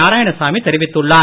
நாராயணசாமி தெரிவித்துள்ளார்